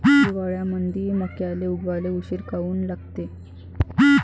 हिवाळ्यामंदी मक्याले उगवाले उशीर काऊन लागते?